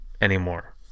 anymore